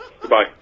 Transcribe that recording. Goodbye